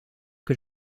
que